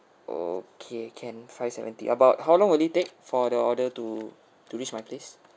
okay can five seventy about how long will it take for the order to to reach my place